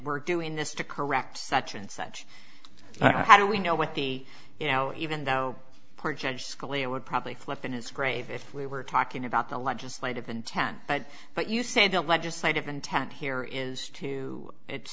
we're doing this to correct such and such how do we know what the you know even though court judge scalia would probably flip in his grave if we were talking about the legislative intent but but you say the legislative intent here is to it's